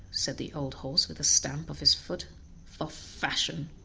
said the old horse with a stamp of his foot for fashion!